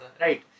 Right